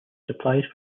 supplies